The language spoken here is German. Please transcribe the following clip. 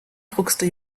druckste